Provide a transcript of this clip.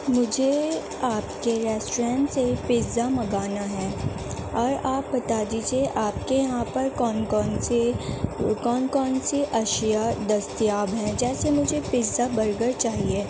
مجھے آپ کے ریسٹورینٹ سے پزہ منگانا ہے اور آپ بتا دیجیے آپ کے یہاں پر کون کون سے کون کون سے اشیا دستیاب ہیں جیسے مجھے پزہ برگر چاہیے